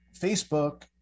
Facebook